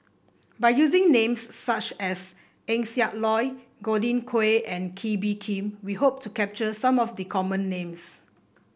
by using names such as Eng Siak Loy Godwin Koay and Kee Bee Khim we hope to capture some of the common names